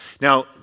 Now